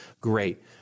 Great